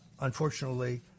unfortunately